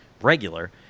regular